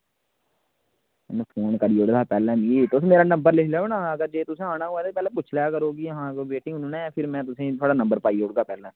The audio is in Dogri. उन्नै फोन करी ओड़े दा हा पैह्लें तुस मेरा नंबर लेई लैओ ना जे तुसें आना होऐ ते पैह्लें पुच्छी लै करो कि हां कोई वेटिंग नि ना फिर में तुसेंगी थुआढ़ा नंबर पाई ओड़गा पैह्ला